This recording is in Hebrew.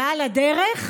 ועל הדרך,